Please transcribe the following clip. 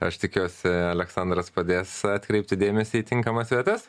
aš tikiuosi aleksandras padės atkreipti dėmesį į tinkamas vietas